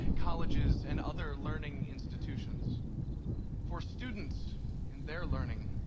colleges, and other learning institutions for students in their learning,